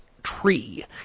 Tree